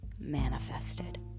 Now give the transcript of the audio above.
manifested